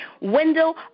window